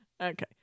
Okay